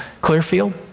Clearfield